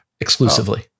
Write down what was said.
Exclusively